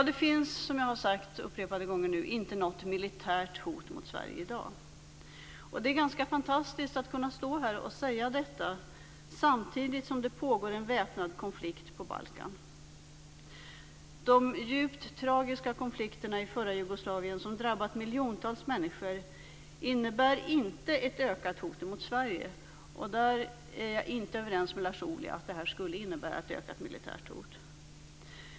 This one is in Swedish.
Det finns som jag sagt inte något militärt hot mot Sverige i dag. Det är ganska fantastiskt att kunna stå här och säga detta, samtidigt som det pågår en väpnad konflikt på Balkan. De djupt tragiska konflikterna i förra Jugoslavien som drabbat miljontals människor innebär inte ett ökat hot mot Sverige. Där är jag inte överens med Lars Ohly, att det här skulle innebära ett ökat militärt hot.